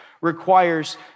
requires